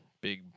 big